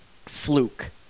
fluke